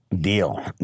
Deal